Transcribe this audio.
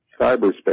cyberspace